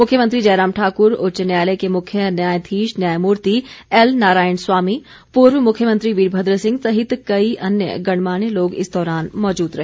मुख्यमंत्री जयराम ठाकुर उच्च न्यायालय के मुख्य न्यायाधीश न्यायमूर्ति एल नारायण स्वामी पूर्व मुख्यमंत्री वीरभद्र सिंह सहित कई अन्य गणमान्य लोग इस दौरान मौजूद रहे